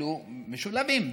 כלומר משולבים,